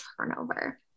turnover